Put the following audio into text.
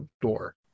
door